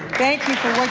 thank